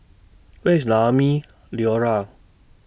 Where IS Naumi Liora